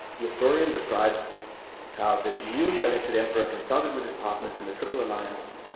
the historian describes how the newly elected emperor consulted with his partners in the triple alliance,